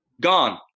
gone